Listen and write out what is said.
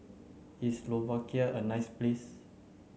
is Slovakia a nice place